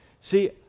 See